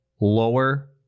lower